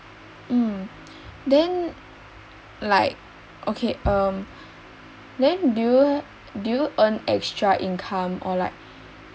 mm then like okay um then do you do you earn extra income or like